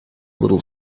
little